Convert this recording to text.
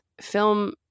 film